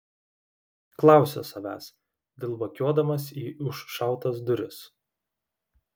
klausė savęs dilbakiuodamas į užšautas duris